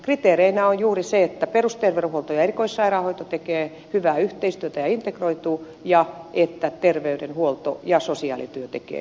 kriteereinä on juuri se että perusterveydenhuolto ja erikoissairaanhoito tekevät hyvää yhteistyötä ja integroituvat ja että terveydenhuolto ja sosiaalityö tekevät yhteistyötä